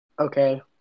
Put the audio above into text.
okay